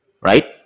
right